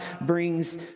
brings